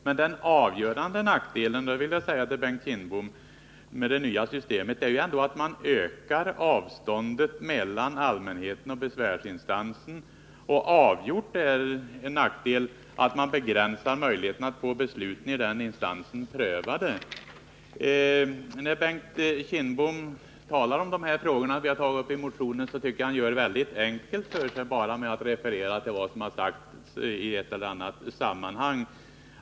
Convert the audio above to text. Men den avgörande nackdelen, Bengt Kindbom, med det nya systemet är ändå att man ökar avståndet mellan allmänhet och besvärsinstans. Och det är avgjort en nackdel att man begränsar möjligheterna att få besluten i denna instans prövade. Bengt Kindbom gör det mycket enkelt för sig när han talar om de frågor som vi har tagit upp i motionen. Han refererar bara till vad som har sagts i olika sammanhang.